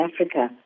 Africa